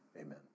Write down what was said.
Amen